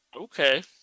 Okay